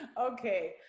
Okay